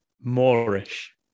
Moorish